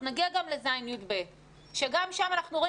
אנחנו נגיע גם ל-ז' י"ב שגם שם אנחנו רואים